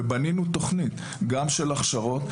בנינו תוכנית גם של הכשרות.